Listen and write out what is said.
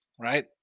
right